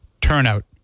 turnout